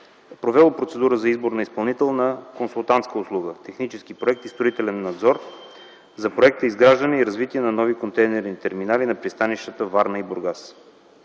провела процедура за избор на изпълнител на консултантска услуга – технически проект и строителен надзор за Проекта „Изграждане и развитие на нови контейнерни терминали на пристанищата Варна и Бургас”.